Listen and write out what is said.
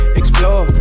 explore